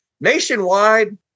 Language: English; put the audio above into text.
Nationwide